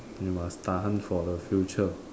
you must Tahan for the future